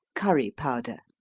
curry powder.